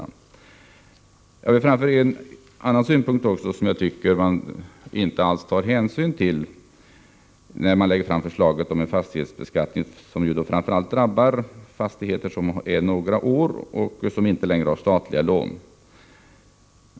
Jag vill även framföra en annan synpunkt, som jag tycker att man inte alls tar hänsyn till när man lägger fram förslaget om en fastighetsbeskattning som framför allt drabbar fastigheter vilka är några år gamla och som inte längre har statliga lån.